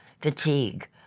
Fatigue